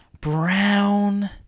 Brown